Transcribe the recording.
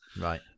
Right